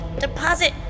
deposit